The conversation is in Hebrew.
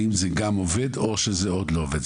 האם זה גם עובד או שזה עוד לא עובד?